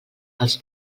els